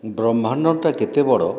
ବ୍ରହ୍ମାଣ୍ଡଟା କେତେ ବଡ଼